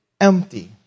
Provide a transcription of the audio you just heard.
empty